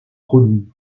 produits